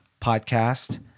podcast